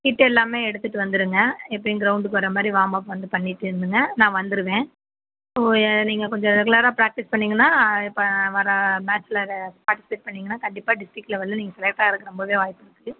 kit எல்லாமே எடுத்துகிட்டு வந்துருங்க எப்பையும் கிரௌண்டுக்கு வரமாதிரி வார்ம்அப் வந்து பண்ணிகிட்டு நான் வந்துருவேன் இப்போ நீங்கள் கொஞ்சம் ரெகுலராக ப்ராக்டிஸ் பண்ணிங்கன்னா இப்போ வர மேட்சில் பார்ட்டிசிபேட் பண்ணிங்கன்னா கண்டிப்பாக டிஸ்டிரிக் லெவலில் நீங்கள் செலக்ட் ஆகுறக்கு ரொம்பவே வாய்ப்பு இருக்கு